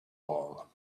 wall